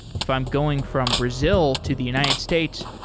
if i'm going from brazil to the united states,